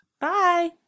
Bye